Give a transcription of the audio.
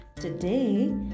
Today